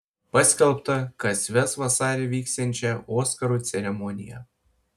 paskelbta kas ves vasarį vyksiančią oskarų ceremoniją